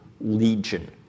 Legion